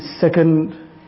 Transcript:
second